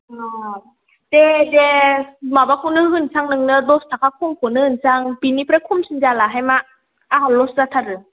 औ दे दे माबाखौनो होनोसै आं नोंनो दस थाखा खमखौनो होनोसै आं बिनिफ्राय खमसिन जालाहाय मा आंहा लस जाथारो